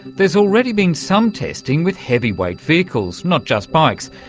there's already been some testing with heavy-weight vehicles, not just bikes,